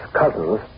cousins